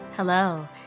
Hello